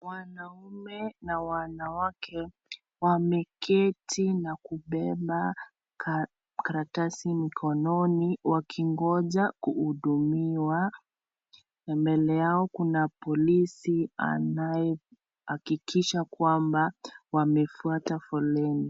Wanaume na wanawake wameketi na kubeba karatasi mikononi wakingoja kuhudumiwa, na mbele yao kuna polisi anayehakikisha kwamba wamefuata foleni.